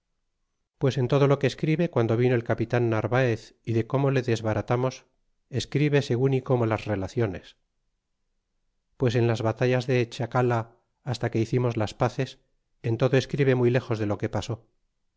pues en todo lo que escribe de guando vino el capitan narvaez y de como le desbaratamos escribe segun y como las relaciones pues en las batallas de tlaxcala hasta que hicimos las paces en todo escribe muy lejos de lo que pasó